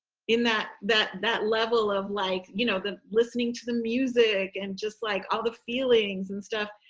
in that that that level of like, you know, the listening to the music and just like all the feelings and stuff.